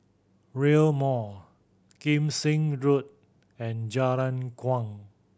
Rail Mall Kim Seng Road and Jalan Kuang